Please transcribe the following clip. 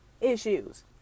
issues